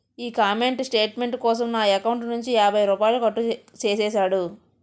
ఈ comment statement కోసం నా ఎకౌంటు నుంచి యాభై రూపాయలు కట్టు చేసేసాడు